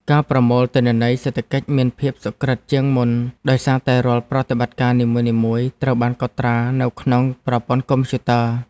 ការប្រមូលទិន្នន័យសេដ្ឋកិច្ចមានភាពសុក្រឹតជាងមុនដោយសារតែរាល់ប្រតិបត្តិការនីមួយៗត្រូវបានកត់ត្រានៅក្នុងប្រព័ន្ធកុំព្យូទ័រ។